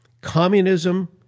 Communism